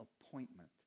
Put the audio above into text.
appointment